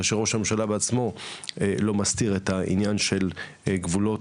כאשר ראש הממשלה בעצמו לא מסתיר את העניין של גבולות